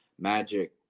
Magic